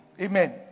Amen